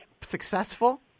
successful